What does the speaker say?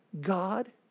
God